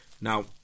Now